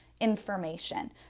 information